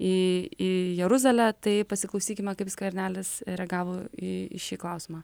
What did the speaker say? į į jeruzalę tai pasiklausykime kaip skvernelis reagavo į šį klausimą